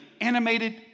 animated